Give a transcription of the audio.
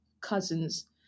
cousins